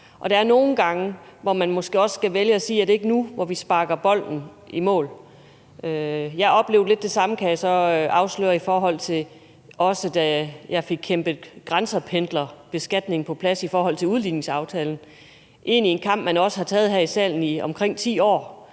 Og der er nogle gange, hvor man måske også skal vælge at sige: Er det ikke nu, vi sparker bolden i mål? Jeg oplevede lidt det samme, kan jeg så afsløre, da jeg fik kæmpet grænsependlerbeskatningen på plads i forhold til udligningsaftalen; det var egentlig en kamp, man også havde taget her i salen i omkring 10 år.